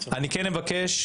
אני כן אבקש,